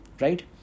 Right